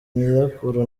nyirakuru